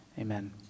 Amen